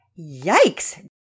Yikes